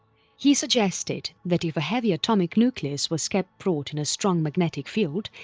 he suggested that if a heavy atomic nucleus was kept brought in a strong magnetic field,